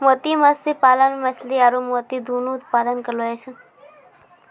मोती मत्स्य पालन मे मछली आरु मोती दुनु उत्पादन करलो जाय छै